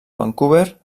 vancouver